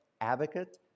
advocate